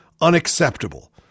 unacceptable